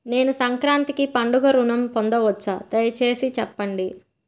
నేను సంక్రాంతికి పండుగ ఋణం పొందవచ్చా? దయచేసి చెప్పండి?